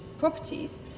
properties